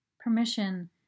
Permission